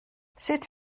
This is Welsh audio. sut